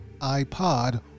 iPod